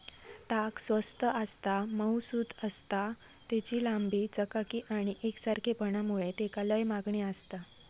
ताग स्वस्त आसता, मऊसुद आसता, तेची लांबी, चकाकी आणि एकसारखेपणा मुळे तेका लय मागणी आसता